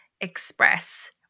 express